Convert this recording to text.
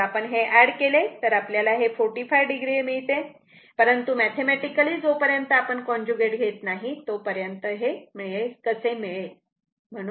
जर आपण हे एड केले तर आपल्याला हे 45 o असे मिळते परंतु मॅथेमॅटिकली जोपर्यंत आपण कॉन्जुगेट घेत नाही तोपर्यंत हे कसे मिळेल